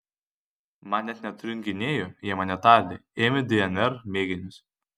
man net neturint gynėjo jie mane tardė ėmė dnr mėginius